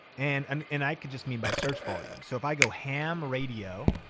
and and and i could just mean by search volume. so if i go ham radio,